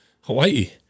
Hawaii